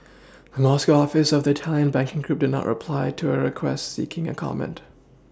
the Moscow office of the italian banking group did not reply to a request seeking a comment